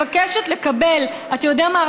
מבקשת לקבל, רק עוד משפט, אתה יודע מה?